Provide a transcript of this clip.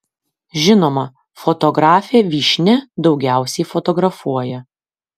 žinoma fotografė vyšnia daugiausiai fotografuoja